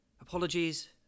Apologies